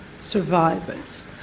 survivors